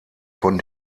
von